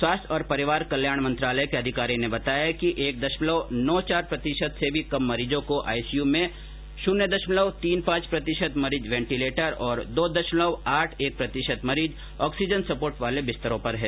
स्वास्थ्य और परिवार कल्याण मंत्रालय के अधिकारी ने बताया कि एक दशमलव नौ चार प्रतिशत से भी कम मरीजों को आईसीयू में शून्य दशमलव तीन पांच प्रतिशत मरीज वेंटीलेटर और दो दशमलव आठ एक प्रतिशत मरीज ऑक्सीजन सपोर्ट वाले बिस्तरों पर हैं